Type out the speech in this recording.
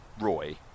Roy